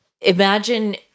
imagine